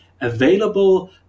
available